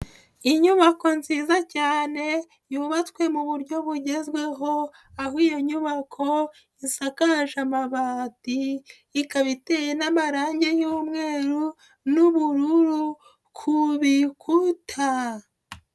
Inyubako nziza cyane yubatswe mu buryo bugezweho, aho iyo nyubako isakaje amabati, ikaba iteye n'amarangi y'umweru n'ubururu ku bikuta.